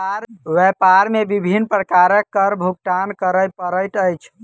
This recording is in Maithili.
व्यापार मे विभिन्न प्रकारक कर भुगतान करय पड़ैत अछि